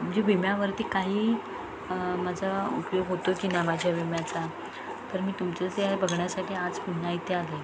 म्हणजे विम्यावरती काही माझा उपयोग होतो की नाही माझ्या विम्याचा तर मी तुमचं जे आहे बघण्यासाठी आज पुन्हा इथे आले